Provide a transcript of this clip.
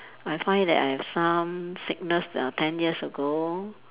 I find that I have some sickness uh ten years ago